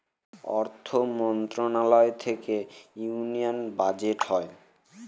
অর্থ মন্ত্রণালয় থেকে ইউনিয়ান বাজেট হয়